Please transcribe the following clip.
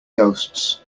ghosts